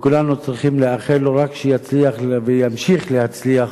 וכולנו צריכים לאחל לו רק שיצליח וימשיך להצליח,